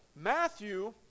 Matthew